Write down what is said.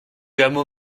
hameau